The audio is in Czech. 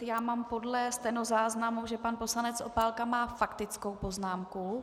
Já mám podle stenozáznamu, že pan poslanec Opálka má faktickou poznámku.